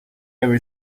every